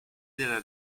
della